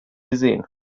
gesehen